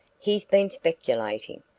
he's been speculating,